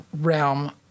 realm